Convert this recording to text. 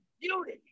beauty